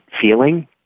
feeling